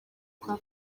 kwa